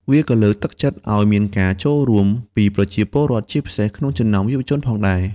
វាក៏លើកទឹកចិត្តឱ្យមានការចូលរួមពីប្រជាពលរដ្ឋ ជាពិសេសក្នុងចំណោមយុវជនផងដែរ។